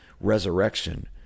resurrection